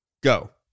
Go